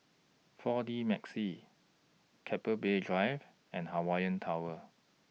four D Magix Keppel Bay Drive and Hawaii Tower